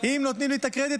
אם נותנים לי את הקרדיט,